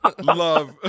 Love